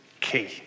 key